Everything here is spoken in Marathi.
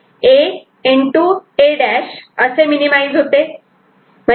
A' असे मिनीमाईज होते